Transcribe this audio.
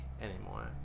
anymore